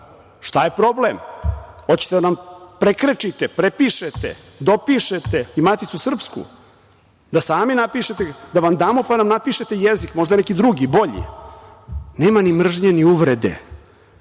Šta je problem? Hoćete da nam prekrečite, prepišete, dopišete i „Maticu srpsku“, da vam damo da nam napišete jezik možda neki drugi, bolji. Nema ni mržnje ni uvrede.